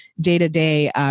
day-to-day